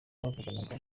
bavuganaga